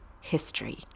History